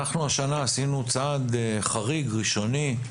השנה עשינו צעד חריג, ראשוני,